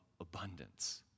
abundance